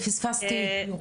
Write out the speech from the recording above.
פספסתי את זה.